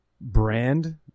brand